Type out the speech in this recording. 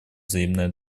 взаимное